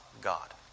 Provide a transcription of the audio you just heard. God